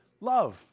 love